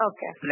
Okay